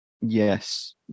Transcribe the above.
Yes